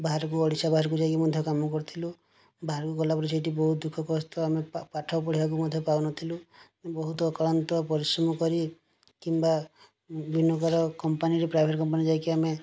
ବାହାରକୁ ଓଡ଼ିଶା ବାହାରକୁ ଯାଇକି ମଧ୍ୟ କାମ କରିଥିଲୁ ବାହାରକୁ ଗଲାପରେ ସେଠି ବହୁତ ଦୁଃଖ କଷ୍ଟ ଆମେ ପାଠ ପଢ଼ିବାକୁ ମଧ୍ୟ ପାଉନଥିଲୁ ବହୁତ ଅକ୍ଳାନ୍ତ ପରିଶ୍ରମ କରି କିମ୍ବା ବିଭିନ୍ନ ପ୍ରକାର କମ୍ପାନୀରେ ପ୍ରାଇଭେଟ୍ କମ୍ପାନୀରେ ଯାଇକି ଆମେ